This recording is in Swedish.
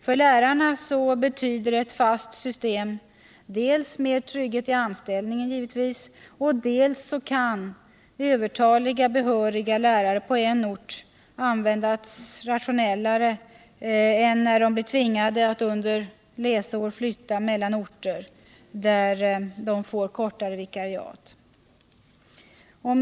För lärarna betyder ett fast system dels att större trygghet garanteras i anställningen, dels att övertaliga behöriga lärare på en ort kan användas rationellare än när de blir tvingade att under ett läroår flytta mellan orter där kortare vikariat erbjuds.